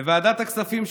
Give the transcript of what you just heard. בוועדת הכספים,